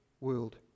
world